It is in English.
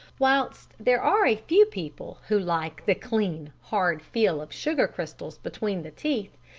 whilst there are a few people who like the clean, hard feel of sugar crystals between the teeth,